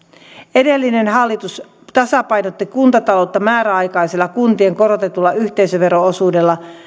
edellinen hallitus tasapainotti kuntataloutta määräaikaisella kuntien korotetulla yhteisövero osuudella